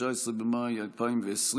19 במאי 2020,